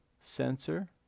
sensor